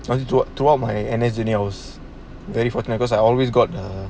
thought throughout my N_S journery I was very fortunate cause I always got my